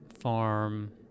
farm